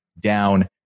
down